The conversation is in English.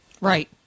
Right